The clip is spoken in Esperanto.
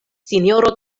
sinjoro